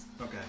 Okay